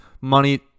money